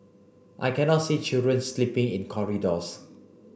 I cannot see children sleeping in corridors